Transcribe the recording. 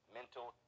mental